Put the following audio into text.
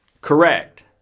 Correct